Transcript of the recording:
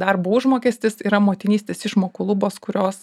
darbo užmokestis yra motinystės išmokų lubos kurios